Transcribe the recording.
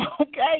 Okay